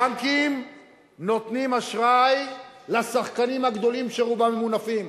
הבנקים נותנים אשראי לשחקנים הגדולים שרובם ממונפים.